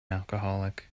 alcoholic